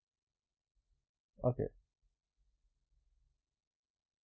okay